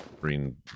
green